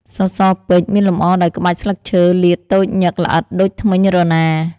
សសរពេជ្រ មានលម្អដោយក្បាច់ស្លឹកឈើលាតតូចញឹកល្អិតដូចធ្មេញរណារ។